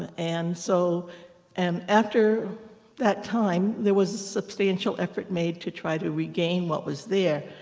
and so and after that time, there was substantial effort made to try to regain what was there.